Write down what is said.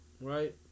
right